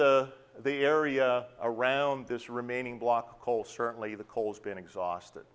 the the area around this remaining block coal certainly the coals been exhausted